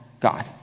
God